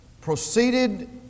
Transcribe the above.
proceeded